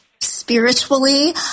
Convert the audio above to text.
spiritually